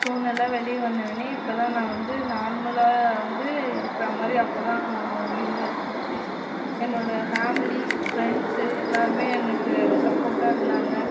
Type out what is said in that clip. ஸ்டோனெல்லாம் வெளியே வந்தவோடனே இப்போதான் நான் வந்து நார்மலாக வந்து இருக்குற மாதிரி அப்பத்தான் இதுவாயிருந்துச்சி என்னோட ஃபேமிலி ஃபிரண்ட்ஸு எல்லோருமே எனக்கு சப்போர்ட்டாயிருந்தாங்க